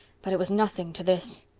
but it was nothing to this.